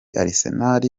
arsenal